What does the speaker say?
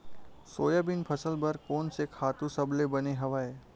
Soybean फसल बर कोन से खातु सबले बने हवय?